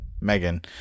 Megan